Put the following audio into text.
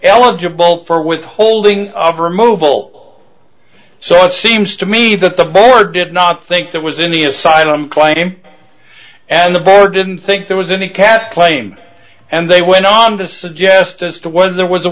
eligible for withholding of or mobile so it seems to me that the board did not think there was any asylum claim and the board didn't think there was any cat claim and they went on to suggest as to whether there was a